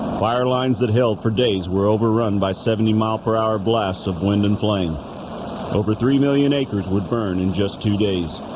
fire lines that held for days were overrun by seventy mile-per-hour blasts of wind and flame over three million acres would burn in just two days